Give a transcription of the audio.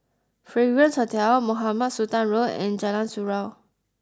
Fragrance Hotel Mohamed Sultan Road and Jalan Surau